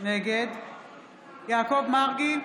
נגד יעקב מרגי,